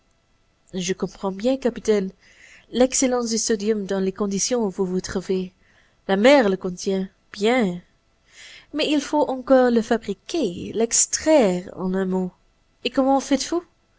je comprends bien capitaine l'excellence du sodium dans les conditions où vous vous trouvez la mer le contient bien mais il faut encore le fabriquer l'extraire en un mot et comment faites-vous